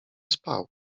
spał